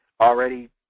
already